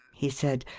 he said,